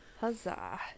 Huzzah